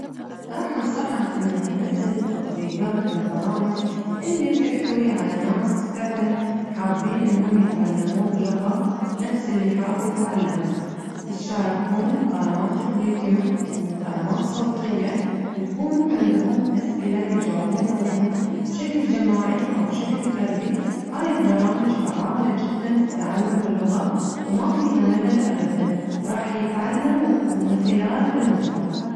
رح أنصحه إنه ينزل التطبيقات والبرامج اللي تحتوي على ناس حابين فعلاً إنهم يتعلمون لغة نفس اللي حاب يتعلمها يتشاركون مكالمات الفيديوومكالمات صوتية ويكون عندهم أسئلة يجاوبون عليها بشكل جماعي أو بشكل فردي هاي البرامج فعالة جداً فتعلم اللغة وما فيها ملل أبداً راح يتعلم ومن خلال المتعة.